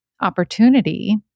opportunity